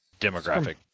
demographic